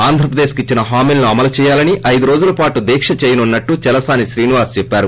ఏపీకి ఇచ్చిన హామీలను లేమలు చేయాలని ఐదురోజులో పాటు దీక్ష చేయనున్నట్టు చలసాని శ్రీనివాస్ చెప్పారు